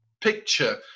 picture